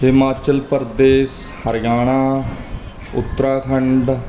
Himachal Pradesh Haryana Uttarakhand